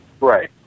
Right